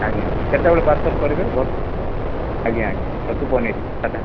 ଆଜ୍ଞା ଆଜ୍ଞା କେତେବେଳେ ପାର୍ସଲ କରିବେ ଆଜ୍ଞା ଆଜ୍ଞା ଛତୁ ପନିର ସାଧା